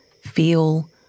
feel